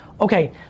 okay